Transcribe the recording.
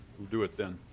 we'll do it then.